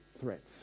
threats